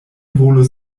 volus